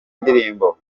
ndirimbo